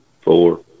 four